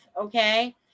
okay